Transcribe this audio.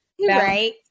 Right